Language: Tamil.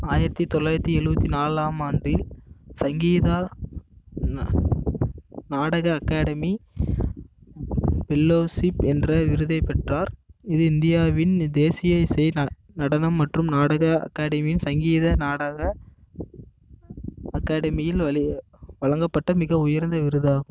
ஆயிரத்தி தொள்ளாயிரத்தி எழுவத்தி நாலாம் ஆண்டில் சங்கீதா ந நாடக அகாடமி பெல்லோஷிப் என்ற விருதைப் பெற்றார் இது இந்தியாவின் தேசிய இசை ந நடனம் மற்றும் நாடக அகாடமியின் சங்கீத நாடக அகாடமியில் வலி வழங்கப்பட்ட மிக உயர்ந்த விருதாகும்